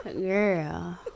Girl